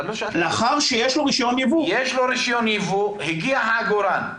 יש לו רישיון יבוא, הגיע העגורן.